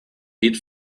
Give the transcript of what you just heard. eight